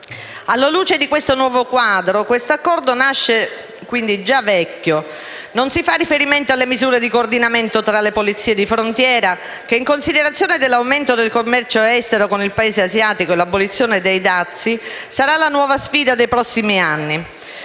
Alla luce di questo nuovo quadro, questo Accordo nasce già vecchio. Non si fa riferimento alle misure di coordinamento tra le polizie di frontiera, che in considerazione dell'aumento del commercio estero con il Paese asiatico e l'abolizione dei dazi saranno la nuova sfida dei prossimi anni.